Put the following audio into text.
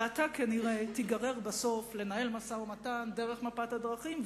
ואתה כנראה תיגרר בסוף לנהל משא-ומתן דרך מפת הדרכים,